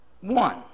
one